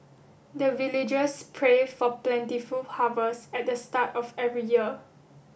the villagers pray for plentiful harvest at the start of every year